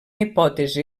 hipòtesi